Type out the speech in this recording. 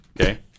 Okay